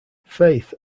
faith